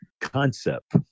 concept